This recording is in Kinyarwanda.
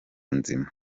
nzima